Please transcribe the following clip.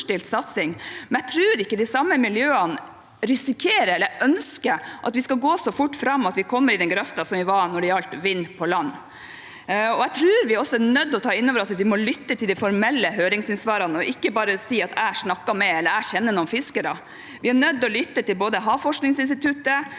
men jeg tror ikke de samme miljøene risikerer, eller ønsker, at vi skal gå så fort fram at vi kommer i den grøfta som vi var i når det gjaldt vind på land. Jeg tror også vi er nødt til å ta inn over oss at vi må lytte til de formelle høringssvarene og ikke bare si at man har snakket med noen fiskere, eller at man kjenner noen fiskere. Vi er nødt til å lytte til Havforskningsinstituttet,